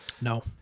No